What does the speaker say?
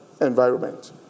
environment